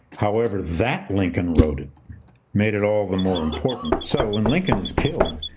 however, that lincoln wrote it made it all the more important. so when lincoln is killed,